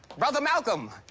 brother malcolm,